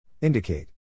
Indicate